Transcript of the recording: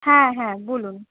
হ্যাঁ হ্যাঁ বলুন